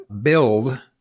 build